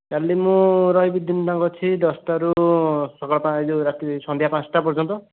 କାଲି ମୁଁ ରହିବି ଦିନଯାକ ଅଛି ଦଶଟା ରୁ ସବା ପାଞ୍ଚ ରାତି ସନ୍ଧ୍ୟା ପାଞ୍ଚଟା ପର୍ଯ୍ୟନ୍ତ